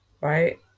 right